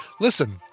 listen